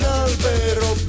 albero